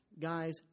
guys